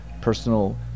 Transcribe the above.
personal